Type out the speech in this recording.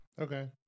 okay